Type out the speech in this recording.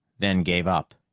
then gave up.